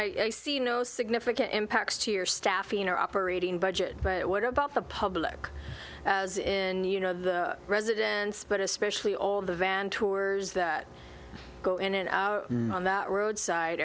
you see no significant impacts to your staff in or operating budget but what about the public as in you know the residents but especially all of the van tours that go in and on that road side